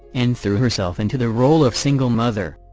and threw herself into the role of single mother.